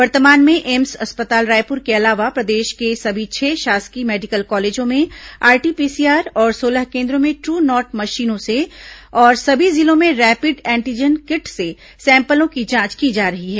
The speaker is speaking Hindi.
वर्तमान में एम्स अस्पताल रायपुर के अलावा प्रदेश के सभी छह शासकीय मेडिकल कॉलेजों में आरटी पीसीआर और सोलह केन्द्रों में ट्रू नॉट मशीनों से तथा सभी जिलों में रैपिड एंटीजन किट से सैंपलों की जांच की जा रही है